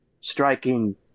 striking